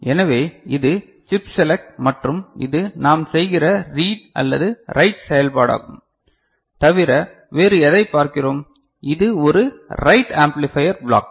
எனவே இது chip select மற்றும் இது நாம் செய்கிற ரீட் அல்லது ரைட் செயல்பாடாகும் தவிர வேறு எதைப் பார்க்கிறோம் இது ஒரு ரைட் ஆம்பிளிபையர் பிளாக்